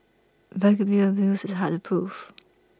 verbal abuse is hard proof